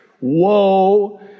Woe